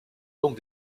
donc